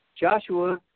Joshua